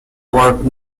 word